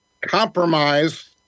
compromise